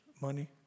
money